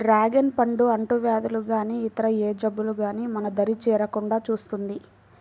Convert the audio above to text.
dragon పండు అంటువ్యాధులు గానీ ఇతర ఏ జబ్బులు గానీ మన దరి చేరకుండా చూస్తుంది